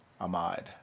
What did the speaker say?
Ahmad